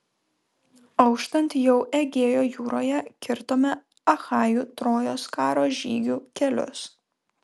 auštant jau egėjo jūroje kirtome achajų trojos karo žygių kelius